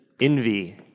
envy